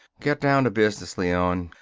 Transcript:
get down to business, leon.